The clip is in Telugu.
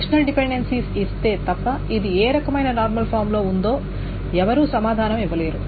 ఫంక్షనల్ డిపెండెన్సీస్ ఇస్తే తప్ప ఇది ఏ రకమైన నార్మల్ ఫామ్ లో ఉందో ఎవరు సమాధానం ఇవ్వలేరు